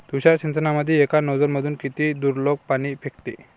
तुषार सिंचनमंदी एका नोजल मधून किती दुरलोक पाणी फेकते?